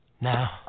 now